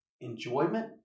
enjoyment